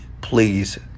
please